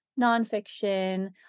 nonfiction